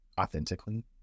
authentically